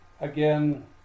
again